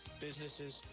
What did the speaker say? businesses